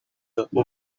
over